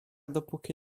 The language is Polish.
dopóki